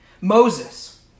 Moses